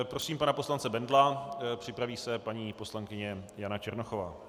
Prosím pana poslance Bendla, připraví se paní poslankyně Jana Černochová.